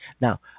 Now